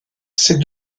ses